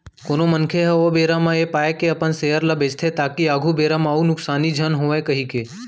कोनो मनखे ह ओ बेरा म ऐ पाय के अपन सेयर ल बेंचथे ताकि आघु बेरा म अउ नुकसानी झन होवय कहिके